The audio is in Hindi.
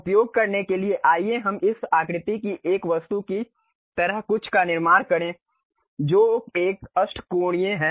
उपयोग करने के लिए आइए हम इस आकृति की एक वस्तु की तरह कुछ का निर्माण करें जो एक अष्टकोणीय है